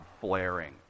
flaring